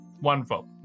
Wonderful